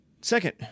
Second